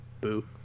Boo